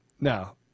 Now